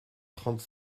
trente